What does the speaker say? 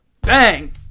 Bang